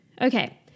Okay